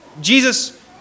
Jesus